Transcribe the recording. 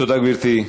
תודה, גברתי.